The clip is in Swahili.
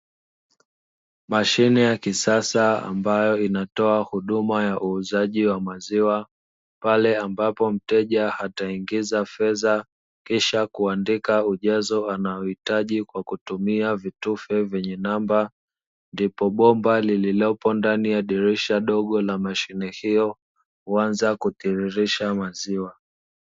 Mashine ya kisasa ambayo inatoa huduma ya uuzaji wa maziwa pale ambapo mteja ataingiza fedha kisha kuandika ujazo anaohitaji kwa kutumia vitufe vyenye namba, ndipo bomba lililopo ndani ya dirisha dogo na mashine hiyo huanza kutiririsha maziwa.